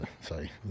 sorry